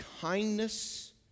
kindness